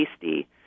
tasty